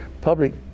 public